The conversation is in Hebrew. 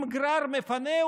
אם גרר מפנה,